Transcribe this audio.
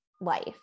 life